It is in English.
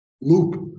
loop